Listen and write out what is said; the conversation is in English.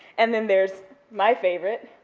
and then there's my favorite,